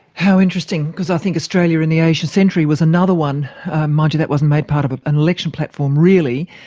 how interesting, because i think australia in the asian century was another one mind you that wasn't made part of an election platform really,